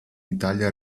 italia